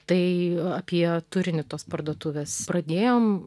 tai apie turinį tos parduotuvės pradėjom